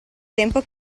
tempo